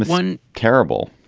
one terrible.